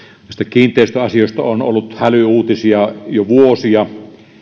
kiinteistöasioista on ollut hälyuutisia jo vuosia